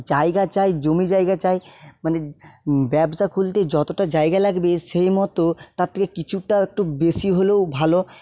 জায়গা চাই জমিজায়গা চাই মানে ব্যবসা খুলতে যতটা জায়গা লাগবে সেইমতো তার থেকে কিছুটা একটু বেশি হলেও ভালো